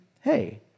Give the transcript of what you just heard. hey